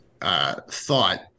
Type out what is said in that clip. thought